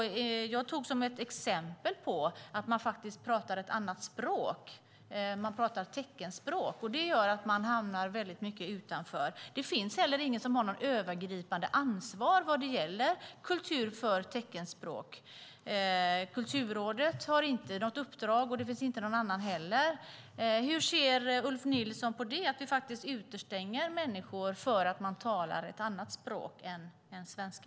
Jag tog som ett exempel människor som talar ett annat språk. Det gäller dem som talar teckenspråk. Det gör att de hamnar väldigt mycket utanför. Det finns heller inte någon som har ett övergripande ansvar vad gäller kultur för dem som talar teckenspråk. Kulturrådet har inte något uppdrag. Det finns heller inte någon annan som har det. Hur ser Ulf Nilsson på att vi utestänger människor för att de talar ett annat språk än svenska?